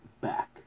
back